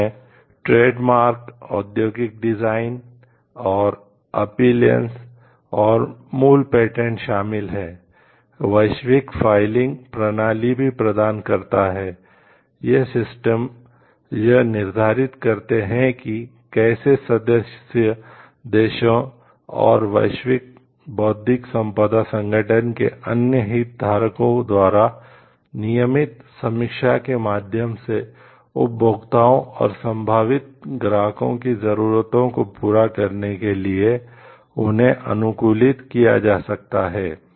इसमें ट्रेडमार्क यह निर्धारित करते हैं कि कैसे सदस्य देशों और विश्व बौद्धिक संपदा संगठन के अन्य हितधारकों द्वारा नियमित समीक्षा के माध्यम से उपभोक्ताओं और संभावित ग्राहकों की जरूरतों को पूरा करने के लिए उन्हें अनुकूलित किया जा सकता है